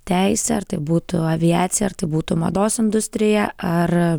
teisė ar tai būtų aviacija ar tai būtų mados industrija ar